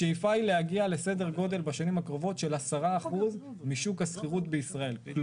השאיפה היא להגיע לסדר גודל של 10% משוק השכירות בישראל בשנים הקרובות,